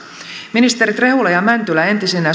ministerit rehula ja mäntylä entisinä